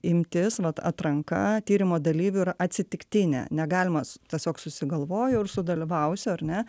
imtis vat atranka tyrimo dalyvių yra atsitiktinė negalima s tiesiog susigalvojau ir sudalyvausiu ar ne